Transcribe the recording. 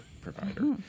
provider